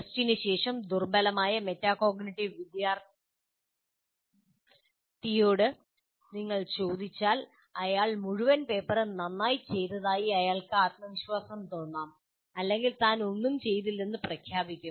ടെസ്റ്റിനുശേഷം ഒരു ദുർബലമായ മെറ്റാകോഗ്നിറ്റീവ് വിദ്യാർത്ഥിയോട് നിങ്ങൾ ചോദിച്ചാൽ അയാൾ മുഴുവൻ പേപ്പറും നന്നായി ചെയ്തതായി അയാൾക്ക് ആത്മവിശ്വാസം തോന്നാം അല്ലെങ്കിൽ താൻ ഒന്നും ചെയ്തില്ലെന്ന് പ്രഖ്യാപിക്കും